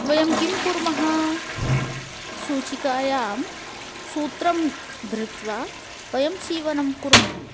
वयं किं कुर्मः सूचिकायां सूत्रं धृत्वा वयं सीवनं कुर्मः